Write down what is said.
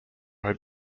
had